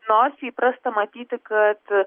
nors įprasta matyti kad